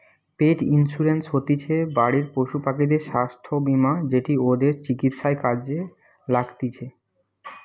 পেট insurance হতিছে বাড়ির পশুপাখিদের স্বাস্থ্য বীমা যেটি ওদের চিকিৎসায় কাজে লাগতিছে